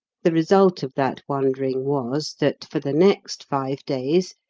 the result of that wondering was that, for the next five days,